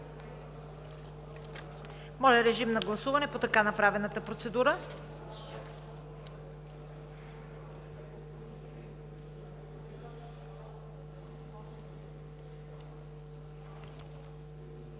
Моля, режим на гласуване по така направената процедура.